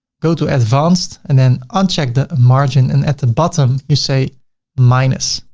go to advanced and then uncheck the margin and at the bottom you say minus.